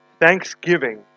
Thanksgiving